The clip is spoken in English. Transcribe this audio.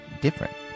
different